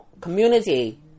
community